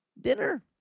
dinner